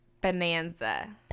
Bonanza